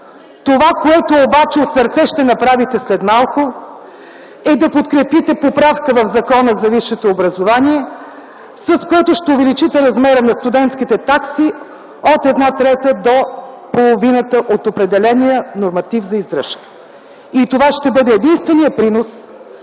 Това, което обаче от сърце ще направите след малко, е да подкрепите поправка в Закона за висшето образование, с което ще увеличите размера на студентските такси от една трета до половината от определения норматив за издръжка. И това ще бъде единственият принос